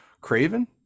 Craven